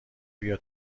بیا